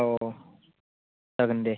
औ औ जागोन दे